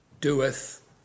doeth